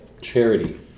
charity